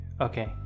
Okay